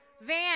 Van